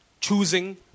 choosing